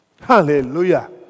Hallelujah